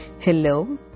Hello